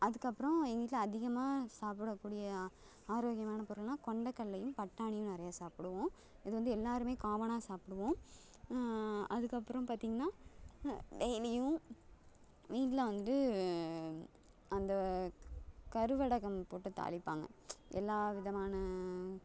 அதுக்கப்புறம் எங்கள் வீட்டில் அதிகமாக சாப்பிடக்கூடிய ஆரோக்கியமான பொருள்னால் கொண்டைக்கடலையும் பட்டாணியும் நிறைய சாப்பிடுவோம் இது வந்து எல்லாேருமே காமனாக சாப்பிடுவோம் அதுக்கப்புறம் பார்த்தீங்கன்னா டெய்லியும் வீட்டில் வந்துட்டு அந்த கருவடகம் போட்டுத் தாளிப்பாங்க எல்லா விதமான